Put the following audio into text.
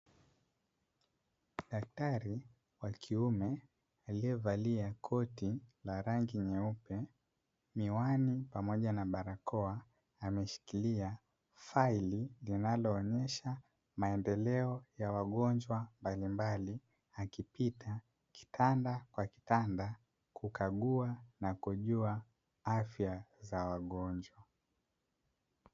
Daktari wa kiume aliyevalia koti la rangi nyeupe, miwani pamoja na barakoa ameshikilia faili, linaloonyesha maendeleo ya wagonjwa mbalimbali akipita kitanda kwa kitanda kukagua na kujua afya za wagonjwa.